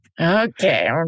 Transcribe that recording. Okay